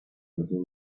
little